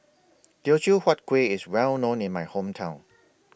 Teochew Huat Kuih IS Well known in My Hometown